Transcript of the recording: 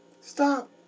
Stop